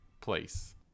place